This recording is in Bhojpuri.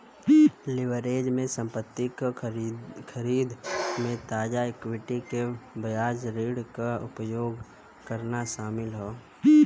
लीवरेज में संपत्ति क खरीद में ताजा इक्विटी के बजाय ऋण क उपयोग करना शामिल हौ